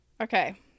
okay